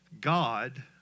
God